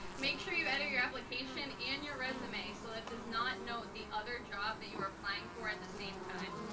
make sure you edit your application. and your resume. so that does not note the other job that you are applying for at the same time.